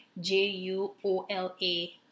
J-U-O-L-A